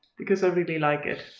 because i really like it.